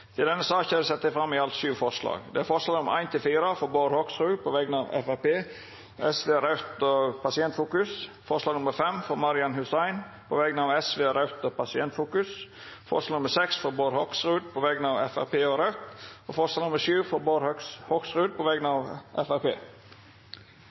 til votering over sakene nr. 1–4 på dagens kart. Under debatten er det sett fram i alt sju forslag. Det er forslaga nr. 1–4, frå Bård Hoksrud på vegner av Framstegspartiet, Sosialistisk Venstreparti, Raudt og Pasientfokus forslag nr. 5, frå Marian Hussein på vegner av Sosialistisk Venstreparti, Raudt og Pasientfokus forslag nr. 6, frå Bård Hoksrud på vegner av Framstegspartiet og Raudt forslag nr. 7, frå Bård Hoksrud på vegner